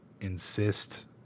insist